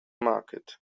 market